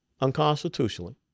unconstitutionally